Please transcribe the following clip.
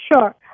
Sure